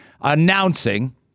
announcing